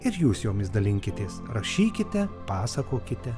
ir jūs jomis dalinkitės rašykite pasakokite